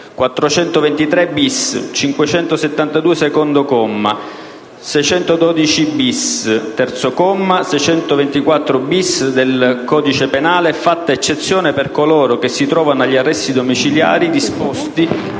"423-*bis*, 572, secondo comma, 612-*bis*, terzo comma, 624-*bis* del codice penale, fatta eccezione per coloro che si trovano agli arresti domiciliari disposti